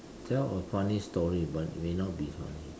tell a funny story but may not be funny